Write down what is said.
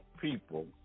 people